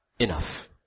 Enough